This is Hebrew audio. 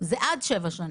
זה עד שבע שנים.